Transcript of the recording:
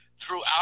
throughout